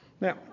Now